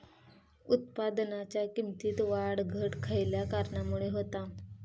उत्पादनाच्या किमतीत वाढ घट खयल्या कारणामुळे होता?